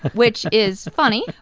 which is funny,